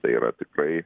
tai yra tikrai